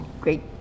Great